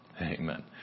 amen